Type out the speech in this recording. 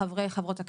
חברי וחברות הכנסת.